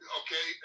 okay